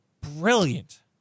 brilliant